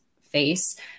face